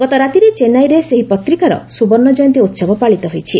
ଗତ ରାତିରେ ଚେନ୍ନାଇରେ ସେହି ପତ୍ରିକାର ସୁବର୍ଣ୍ଣଜୟନ୍ତୀ ଉତ୍ସବ ପାଳିତ ହୋଇଛି